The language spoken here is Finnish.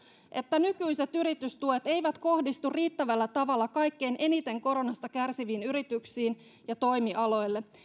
että nykyiset yritystuet eivät kohdistu riittävällä tavalla kaikkein eniten koronasta kärsiviin yrityksiin ja toimialoille